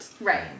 Right